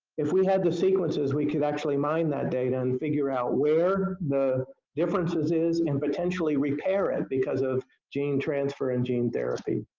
if we had the sequences, we could actually mine that data and figure out where the differences is and potentially repair it because of gene transfer and gene therapy.